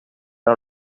era